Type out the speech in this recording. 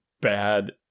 bad